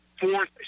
fourth